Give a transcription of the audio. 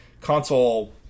console